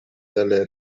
delle